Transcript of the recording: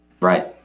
right